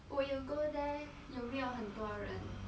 when you go there 有没有很多人